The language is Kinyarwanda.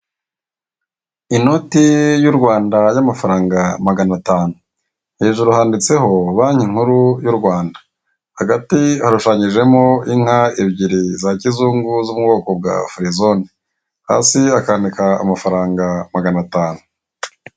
Inoti y'u Rwanda y 'amafaranga maganatanu, hejuru handitseho banki nkuru y'u Rwanda, hagati hashushanyijemo inka ebyiri za kizungu zo mu bwoko bwa firizoni, hasi hakandika amafaranga maganatanu.